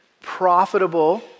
profitable